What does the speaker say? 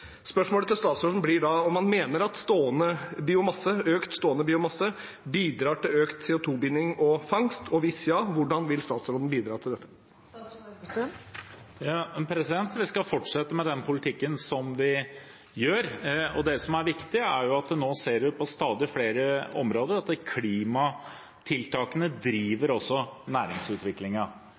Spørsmålet til statsråden blir da om han mener at økt stående biomasse bidrar til økt CO 2 -binding og -fangst, og hvis ja: Hvordan vil statsråden bidra til dette? Vi skal fortsette med den politikken som vi har. Det som er viktig, er at en på stadig flere områder nå ser at klimatiltakene også driver